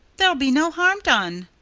there'll be no harm done.